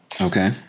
Okay